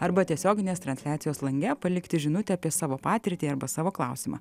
arba tiesioginės transliacijos lange palikti žinutę apie savo patirtį arba savo klausimą